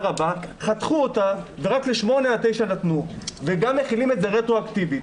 חתכו אותה ונתנו רק ל-8 9. וגם מחילים את זה רטרואקטיבית.